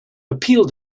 appealed